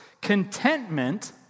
Contentment